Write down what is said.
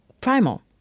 primal